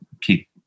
keep